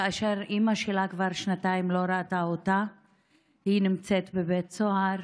כאשר אימא שלה כבר שנתיים לא ראתה אותה כי היא נמצאת בבית סוהר.